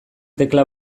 tekla